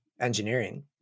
engineering